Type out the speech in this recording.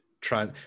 try